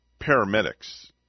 paramedics